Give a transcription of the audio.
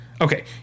okay